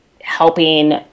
helping